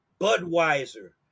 Budweiser